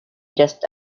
just